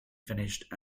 finished